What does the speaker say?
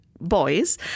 boys